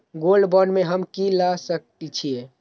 Gold bond में हम की ल सकै छियै?